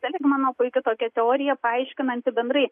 felgmano puiki tokia teorija paaiškinanti bendrai